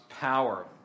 power